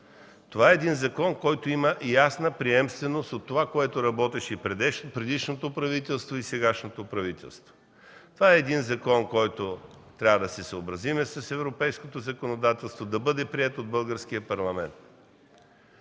здрав разум. Закон, който има ясна приемственост по това, което работеха предишното и сегашното правителство. Това е закон, по който трябва да се съобразим с европейското законодателство и да бъде приет от Българския парламент.